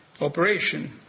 operation